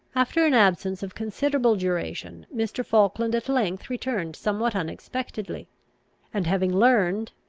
after an absence of considerable duration, mr. falkland at length returned somewhat unexpectedly and having learned,